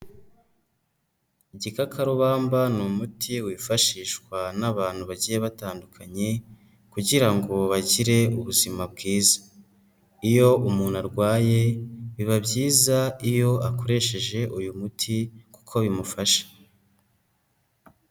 Igikakarubamba ni umuti wifashishwa n'abantu bagiye batandukanye, kugira ngo bagire ubuzima bwiza. Iyo umuntu arwaye biba byiza iyo akoresheje uyu muti kuko bimufasha.